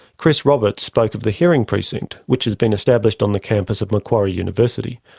chris roberts spoke of the hearing precinct which has been established on the campus of macquarie university,